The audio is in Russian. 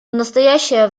настоящее